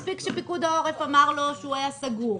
מספיק שפיקוד העורף אמר לו להישאר סגור,